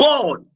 God